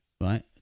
Right